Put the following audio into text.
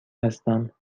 هستم